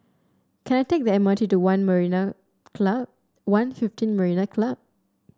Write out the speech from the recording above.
can I take the M R T to One Marina Club One fifteen Marina Club